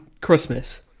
Christmas